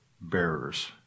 bearers